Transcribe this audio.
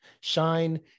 shine